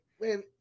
man